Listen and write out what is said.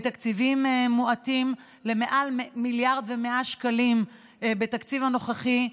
מתקציבים מועטים למעל 1.1 מיליארד שקלים בתקציב הנוכחי,